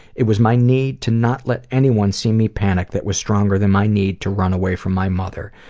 it was my need to not let anyone see me panic that was stronger than my need to run away from my mother.